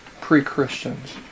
pre-Christians